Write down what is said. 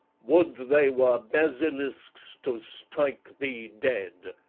would they were basilisk's, to strike thee dead!